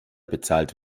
bezahlt